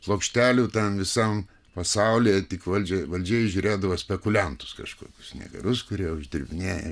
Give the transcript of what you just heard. plokštelių tam visam pasaulyje tik valdžiai valdžia įžiūrėdavo spekuliantus kažkokius negerus kurie uždirbinėja